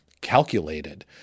Calculated